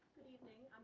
evening.